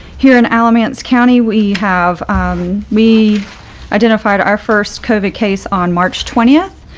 here in alamance. county we have we identified our first covid case on march twenty.